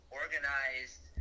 organized